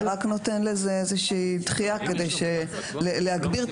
זה רק נותן לזה איזושהי דחייה כדי להגביר את